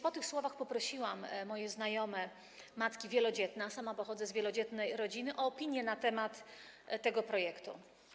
Po tych słowach poprosiłam moje znajome matki wielodzietne, a sama pochodzę z wielodzietnej rodziny, o opinie na temat tego projektu.